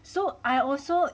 so I also